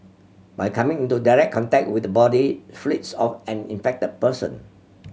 by coming into direct contact with the body fluids of an infected person